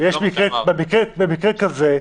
במקרה כזה,